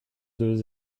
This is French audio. deux